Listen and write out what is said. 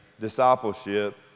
discipleship